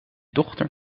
dochter